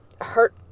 hurt